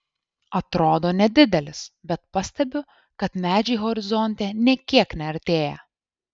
atrodo nedidelis bet pastebiu kad medžiai horizonte nė kiek neartėja